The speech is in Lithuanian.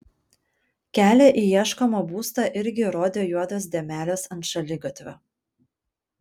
kelią į ieškomą būstą irgi rodė juodos dėmelės ant šaligatvio